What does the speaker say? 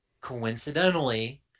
coincidentally